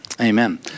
Amen